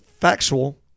factual